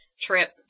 trip